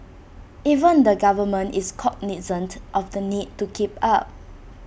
even the government is cognisant of the need to keep up